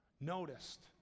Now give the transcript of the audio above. noticed